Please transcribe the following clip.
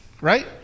Right